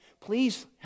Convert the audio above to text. please